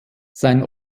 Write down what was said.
sein